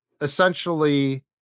essentially